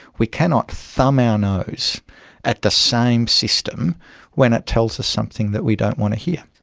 we cannot thumb our nose at the same system when it tells us something that we don't want to hear.